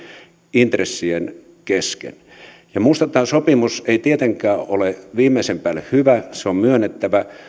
intressien kesken minusta tämä sopimus ei tietenkään ole viimeisen päälle hyvä se on myönnettävä